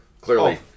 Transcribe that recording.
clearly